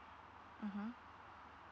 mmhmm